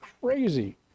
crazy